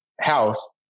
house